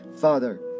Father